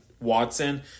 Watson